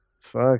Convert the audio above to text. Fuck